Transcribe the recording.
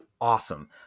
awesome